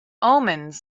omens